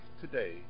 today